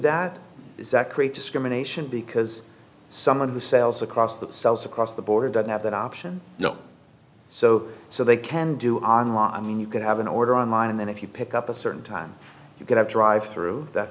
that is that create discrimination because someone who sells across the sells across the border doesn't have that option you know so so they can do on law i mean you could have an order on line and then if you pick up a certain time you could have drive through that